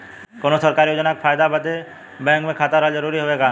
कौनो सरकारी योजना के फायदा बदे बैंक मे खाता रहल जरूरी हवे का?